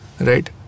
Right